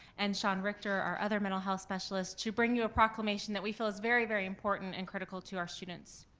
and sean richter, our other mental health specialist, to bring you a proclamation that we feel is very very important and critical to our students.